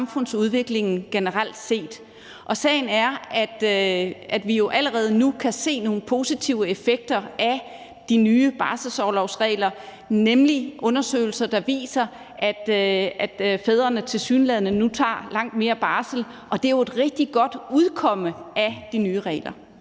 samfundsudviklingen generelt set. Sagen er, at vi jo allerede nu kan se nogle positive effekter af de nye barselsorlovsregler, idet der er undersøgelser, der viser, at fædrene nu tilsyneladende tager langt mere barsel, og det er jo et rigtig godt udkomme af de nye regler.